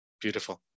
Beautiful